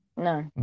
no